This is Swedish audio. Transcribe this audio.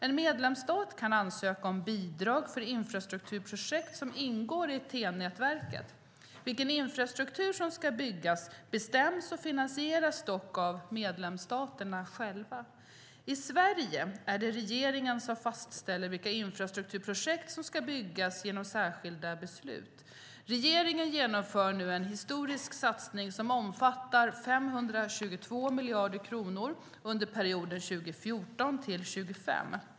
En medlemsstat kan ansöka om bidrag för infrastrukturprojekt som ingår i TEN-nätverket. Vilken infrastruktur som ska byggas bestäms och finansieras dock av medlemsstaterna själva. I Sverige är det regeringen som fastställer vilka infrastrukturprojekt som ska byggas genom särskilda beslut. Regeringen genomför nu en historisk satsning som omfattar 522 miljarder kronor under perioden 2014-2025.